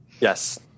Yes